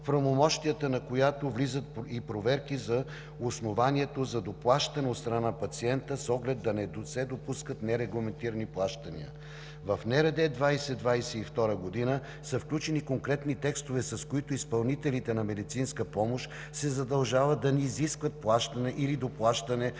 правомощията на която влизат и проверки за основанието за доплащане от страна на пациента, с оглед да не се допускат нерегламентирани плащания. В Националния рамков договор 2020 – 2022 г., са включени конкретни текстове, с които изпълнителите на медицинска помощ се задължават да не изискват плащане или доплащане